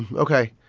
ok.